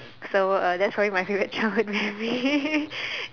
so uh that's probably my favourite childhood memory